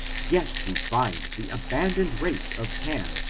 yet we find the abandoned race of ham,